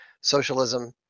socialism